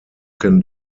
can